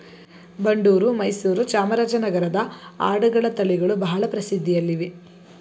ಬಂಡೂರು, ಮೈಸೂರು, ಚಾಮರಾಜನಗರನ ಆಡುಗಳ ತಳಿಗಳು ಬಹಳ ಪ್ರಸಿದ್ಧಿಯಲ್ಲಿವೆ